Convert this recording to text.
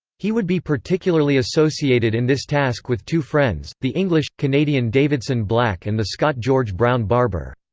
he would be particularly associated in this task with two friends, the english canadian davidson black and the scot george brown barbour.